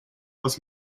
aus